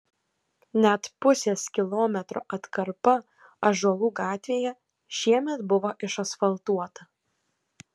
net pusės kilometro atkarpa ąžuolų gatvėje šiemet buvo išasfaltuota